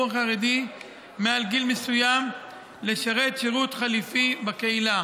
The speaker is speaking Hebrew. החרדי מעל גיל מסוים לשרת שירות חליפי בקהילה,